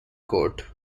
coat